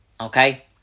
okay